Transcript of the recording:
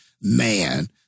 Man